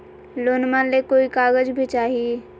लोनमा ले कोई कागज भी चाही?